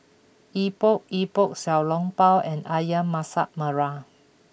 Epok Epok Xiao Long Bao and Ayam Masak Merah